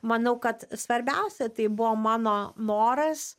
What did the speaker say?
manau kad svarbiausia tai buvo mano noras